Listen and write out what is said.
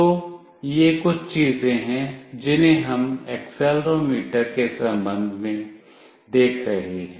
तो ये कुछ चीजें हैं जिन्हें हम एक्सेलेरोमीटर के संबंध में देख रहे हैं